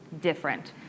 different